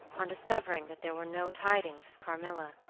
on discovering that there were no tidings of carmilla.